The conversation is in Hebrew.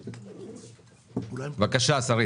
בבקשה.